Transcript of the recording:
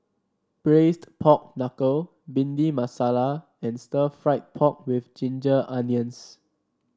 Braised Pork Knuckle Bhindi Masala and Stir Fried Pork with Ginger Onions